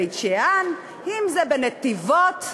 אם בבית-שאן, אם בנתיבות,